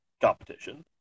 competition